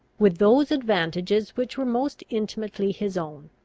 with those advantages which were most intimately his own,